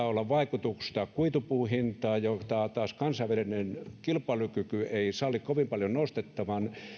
olla vaikutusta kuitupuun hintaan jota taas kansainvälinen kilpailukyky ei salli kovin paljon nostettavan